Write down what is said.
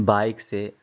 bike سے